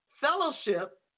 Fellowship